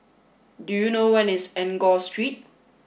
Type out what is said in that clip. do you know where is Enggor Street